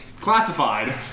Classified